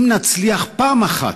אם נצליח פעם אחת,